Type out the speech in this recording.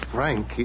Frank